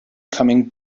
coming